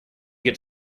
get